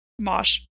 mosh